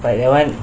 but that one